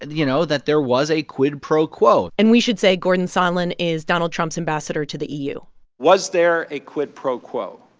you know, that there was a quid pro quo and we should say gordon sondland is donald trump's ambassador to the eu was there a quid pro quo?